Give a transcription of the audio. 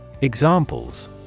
Examples